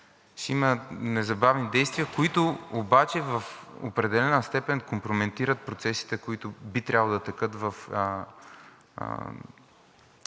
да има незабавни действия, които обаче в определена степен компрометират процесите, които би трябвало да текат в